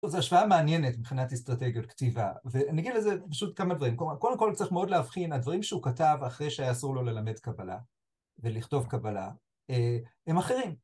זו השוואה מעניינת מבחינת אסטרטגיות כתיבה, ואני אגיד לזה פשוט כמה דברים. קודם כל צריך מאוד להבחין, הדברים שהוא כתב אחרי שהיה אסור לו ללמד קבלה, ולכתוב קבלה, הם אחרים.